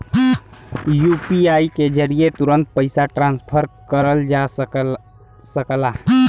UPI के जरिये तुरंत पइसा ट्रांसफर करल जा सकला